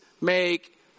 make